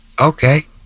Okay